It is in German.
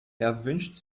erwünscht